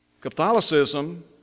Catholicism